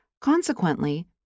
Consequently